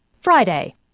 friday